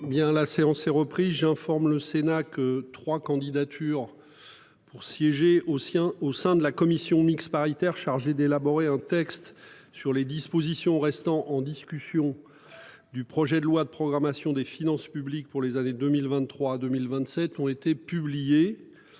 La séance est repris j'informe le Sénat que trois candidatures. Pour siéger au sien au sein de la commission mixte paritaire chargée d'élaborer un texte sur les dispositions restant en discussion. Du projet de loi de programmation des finances publiques pour les années 2023 2027 ont été publiés